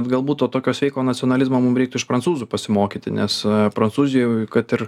galbūt to tokio sveiko nacionalizmo mum reiktų iš prancūzų pasimokyti nes prancūzijoj kad ir